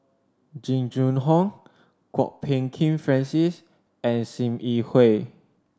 Jing Jun Hong Kwok Peng Kin Francis and Sim Yi Hui